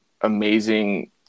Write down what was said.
amazing